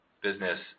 business